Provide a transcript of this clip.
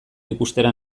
ikustera